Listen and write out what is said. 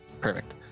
perfect